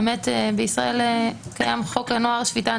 בישראל קיים חוק הנוער (שפיטה,